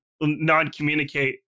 non-communicate